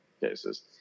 cases